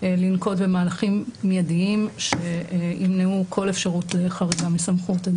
לנקוט במהלכים מיידים שימנעו כל אפשרות לחריגה מסמכות.